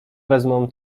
wezmą